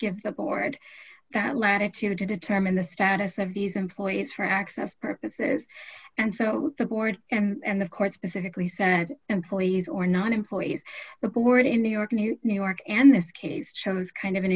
give the board that latitude to determine the status of these employees for access purposes and so the board and the court specifically said employees or not employees the board in new york new new york and this case shows kind of an